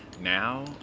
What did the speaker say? now